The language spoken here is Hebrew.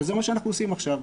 וזה מה שאנחנו עושים עכשיו.